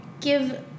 give